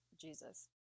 Jesus